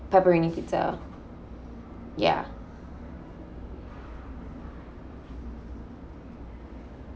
pepperoni pizza ya